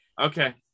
Okay